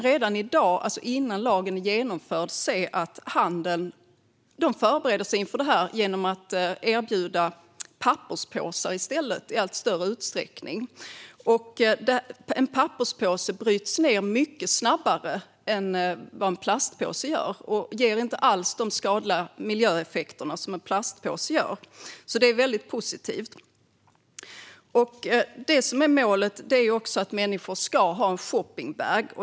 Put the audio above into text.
Redan i dag, alltså innan lagen är genomförd, förbereder sig handeln inför det här genom att i stället erbjuda papperspåsar i allt större utsträckning. En papperspåse bryts ned mycket snabbare än en plastpåse och ger inte alls de skadliga miljöeffekter som en plastpåse ger. Detta är väldigt positivt. Målet är också att människor ska ha en shoppingbag.